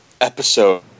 episode